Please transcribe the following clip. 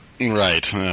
Right